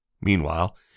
Meanwhile